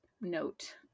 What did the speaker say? note